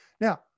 Now